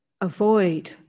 avoid